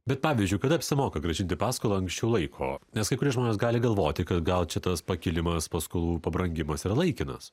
bet pavyzdžiui kada apsimoka grąžinti paskolą anksčiau laiko nes kai kurie žmonės gali galvoti kad gal čia tas pakilimas paskolų pabrangimas yra laikinas